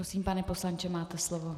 Prosím, pane poslanče, máte slovo.